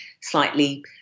slightly